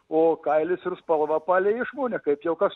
o kailis ir spalva palei išmonė kaip jog aš